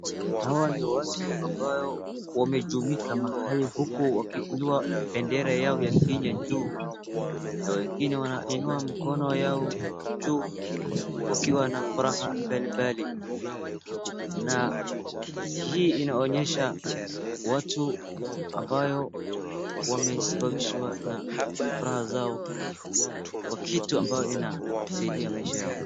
Hao ni watu ambaye wamejumika mahali huku wakiinua bendera yao ya kenya juu na wengine wameinua mikono yao juu wakiwa na furaha mbalimbali na hii inaonyesha watu ambayo wamesimamishwa na furaha zao kwa kitu ambayo inasaidia maisha yao.